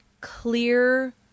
clear